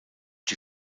die